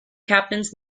captains